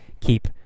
keep